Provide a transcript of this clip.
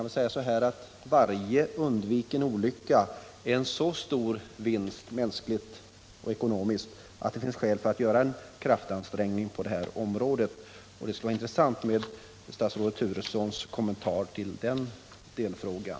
Varje undviken olycka är en så stor vinst mänskligt och ekonomiskt att det finns skäl att göra en kraftansträngning på det här området. Det skulle vara intressant att få statsrådet Turessons kommentar till den delfrågan.